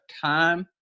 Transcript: time